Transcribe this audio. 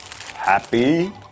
Happy